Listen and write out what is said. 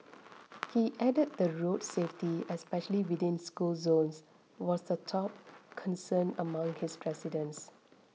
he added that road safety especially within school zones was the top concern among his residents